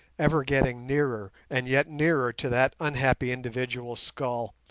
ever getting nearer and yet nearer to that unhappy individual's skull,